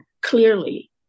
clearly